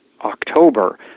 October